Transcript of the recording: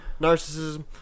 Narcissism